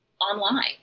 online